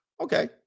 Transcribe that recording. Okay